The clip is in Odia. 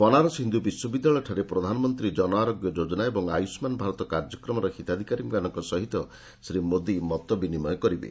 ବନାରସ ହିନ୍ଦୁ ବିଶ୍ୱବିଦ୍ୟାଳୟଠାରେ ପ୍ରଧାନମନ୍ତ୍ରୀ ଜନଆରୋଗ୍ୟ ଯୋଜନା ଓ ଆୟୁଷ୍କାନ ଭାରତ କାର୍ଯ୍ୟକ୍ରମର ହିତାଧିକାରୀମାନଙ୍କ ସହିତ ଶ୍ରୀ ମୋଦି ମତବିନିମୟ କରିବେ